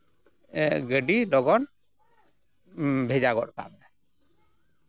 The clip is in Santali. ᱜᱟᱹᱰᱤ ᱞᱚᱜᱚᱱ ᱵᱷᱮᱡᱟ ᱜᱚᱫ ᱠᱟᱜ ᱢᱮ